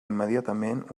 immediatament